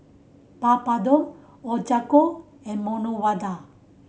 Papadum Ochazuke and Medu Vada